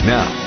Now